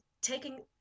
taking